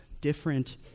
different